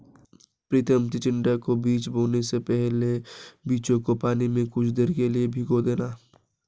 प्रितम चिचिण्डा के बीज बोने से पहले बीजों को पानी में कुछ देर के लिए भिगो देना